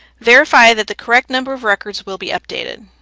verify that the correct number of records will be updated